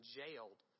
jailed